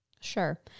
Sure